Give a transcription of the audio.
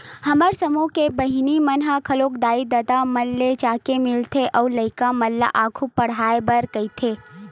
हमर समूह के बहिनी मन ह ओखर दाई ददा मन ले जाके मिलथे अउ लइका मन ल आघु पड़हाय बर कहिथे